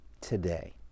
today